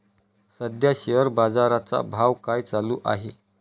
सध्या शेअर बाजारा चा भाव काय चालू आहे?